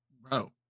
Bro